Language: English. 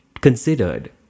considered